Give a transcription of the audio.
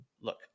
look